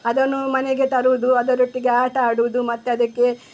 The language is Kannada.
ಅದನ್ನೂ ಮನೆಗೆ ತರುವುದು ಅದರೊಟ್ಟಿಗೆ ಆಟ ಆಡುವುದು ಮತ್ತು ಅದಕ್ಕೆ